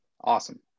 Awesome